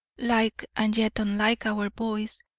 like and yet unlike our boy's,